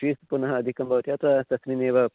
fees पुनः अधिकं भवति अथवा तस्मिन्नेव प